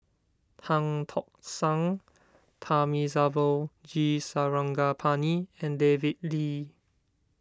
Tan Tock San Thamizhavel G Sarangapani and David Lee